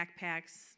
backpacks